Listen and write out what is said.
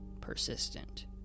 persistent